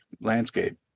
landscape